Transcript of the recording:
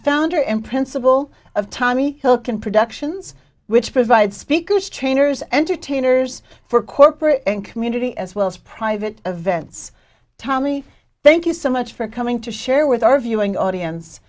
founder and principal of tommy hill can productions which provide speakers trainers entertainers for corporate and community as well as private events tommy thank you so much for coming to share with our viewing audience